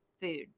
food